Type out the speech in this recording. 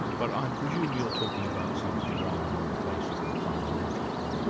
but i presume you're talking about something rather more basic and fundamental than that.